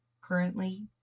currently